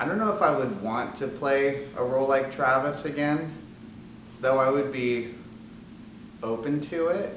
i don't know if i would want to play a role like travis again though i would be open to it